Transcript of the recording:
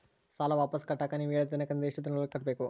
ಸಾಲ ವಾಪಸ್ ಕಟ್ಟಕ ನೇವು ಹೇಳಿದ ದಿನಾಂಕದಿಂದ ಎಷ್ಟು ದಿನದೊಳಗ ಕಟ್ಟಬೇಕು?